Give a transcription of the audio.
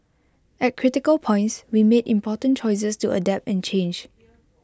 at critical points we made important choices to adapt and change